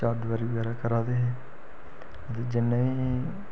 चारदवारी बगैरा करा दे हे ते जिन्ने बी